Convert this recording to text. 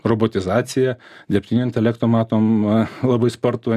robotizacija dirbtinio intelekto matom labai spartų